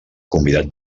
convidat